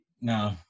No